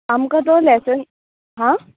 आमकां तो लॅसन हां